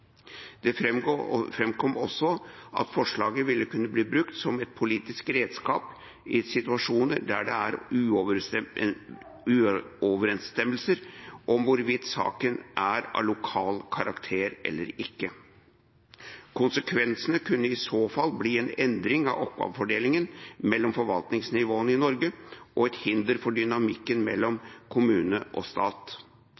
Det framkom også at forslaget ville kunne bli brukt som et politisk redskap i situasjoner der det er uoverensstemmelse om hvorvidt saken er av lokal karakter eller ikke. Konsekvensene kunne i så fall bli en endring av oppgavefordelingen mellom forvaltningsnivåene i Norge og et hinder for dynamikken